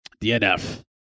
DNF